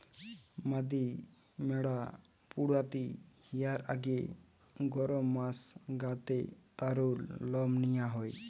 মাদি ম্যাড়া পুয়াতি হিয়ার আগে গরম মাস গা তে তারুর লম নিয়া হয়